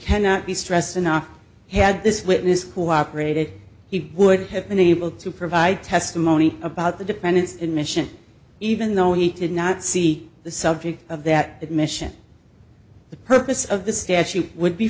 cannot be stressed enough had this witness cooperated he would have been able to provide testimony about the dependents in mission even though he did not see the subject of that that mission the purpose of the statute would be